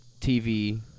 TV